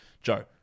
Joe